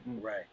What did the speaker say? Right